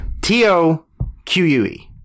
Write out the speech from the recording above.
t-o-q-u-e